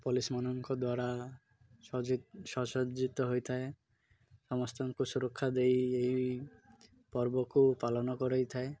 ପୋଲିସ୍ମାନଙ୍କ ଦ୍ୱାରା ସସଜ୍ଜିତ ହୋଇଥାଏ ସମସ୍ତଙ୍କୁ ସୁରକ୍ଷା ଦେଇ ଏଇ ପର୍ବକୁ ପାଳନ କରେଇଥାଏ